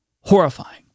horrifying